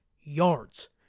yards